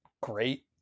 great